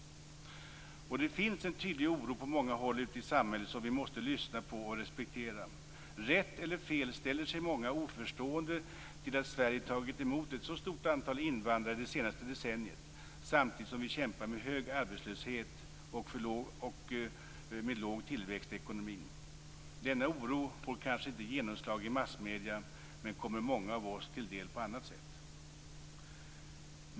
Det finns en tydlig oro på många håll ute i samhället som vi måste lyssna på och respektera. Rätt eller fel ställer sig många oförstående till att Sverige tagit emot ett så stort antal invandrare det senaste decenniet samtidigt som vi kämpar med hög arbetslöshet och med låg tillväxt i ekonomin. Denna oro får kanske inte genomslag i massmedierna, men kommer många av oss till del på annat sätt.